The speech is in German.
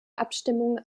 abstimmung